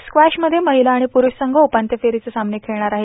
squash मध्ये महिला आणि पुरूष संघ उपांत्य फेरीचे सामने खेळणार आहेत